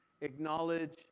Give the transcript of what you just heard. acknowledge